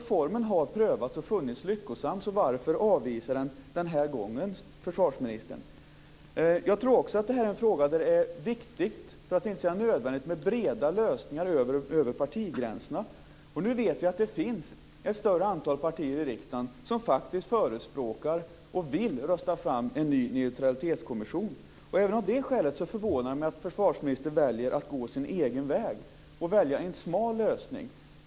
Formen har alltså prövats och funnits lyckosam - så varför avvisa den den här gången, försvarsministern? Jag tror också att detta är en fråga där det är viktigt, för att inte säga nödvändigt, med breda lösningar över partigränserna. Nu vet vi att det finns ett större antal partier i riksdagen som faktiskt förespråkar och vill rösta fram en ny neutralitetskommission. Även av det skälet förvånar det mig att försvarsministern väljer att gå sin egen väg och välja en smal lösning.